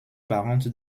parente